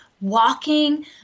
walking